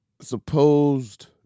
supposed